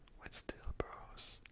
with steel bars,